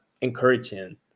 encouraging